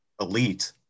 elite